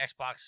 Xbox